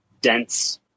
dense